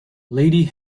lady